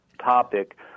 topic